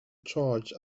charge